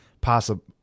Possible